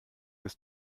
des